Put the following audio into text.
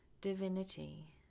divinity